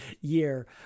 year